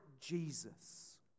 Jesus